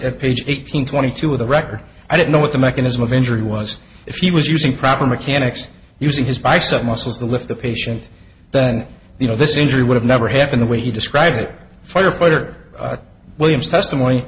at page eighteen twenty two of the record i don't know what the mechanism of injury was if he was using proper mechanics using his bicep muscles to lift the patient then you know this injury would never happen the way he described it firefighter williams testimony